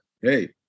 hey